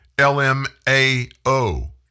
L-M-A-O